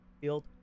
field